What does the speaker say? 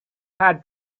had